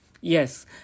Yes